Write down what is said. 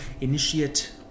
initiate